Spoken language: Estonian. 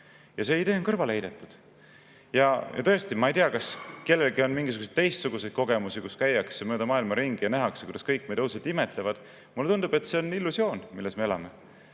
Ja see idee on [seal] kõrvale heidetud. Tõesti, ma ei tea, kas kellelgi on mingisuguseid teistsuguseid kogemusi, et käiakse mööda maailma ringi ja nähakse, kuidas kõik meid õudselt imetlevad. Mulle tundub, et see on illusioon, milles me elame.